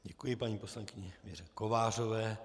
Děkuji paní poslankyni Věře Kovářové.